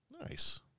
Nice